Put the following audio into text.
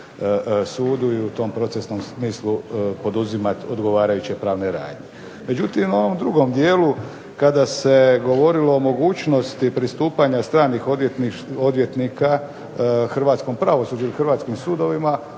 sudu i u tom procesnom smislu poduzimati odgovarajuće pravne radnje. Međutim, u ovom drugom dijelu kada se govorilo o mogućnosti pristupanja stranih odvjetnika hrvatskom pravosuđu ili hrvatskim sudovima.